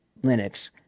Linux